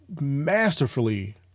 masterfully